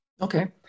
Okay